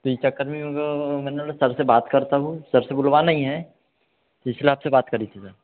तो इस चक्कर में मैंने बोला सर से बात करता हूँ सर से बुलवाना ही है पिछले हफ्ते बात करी थी सर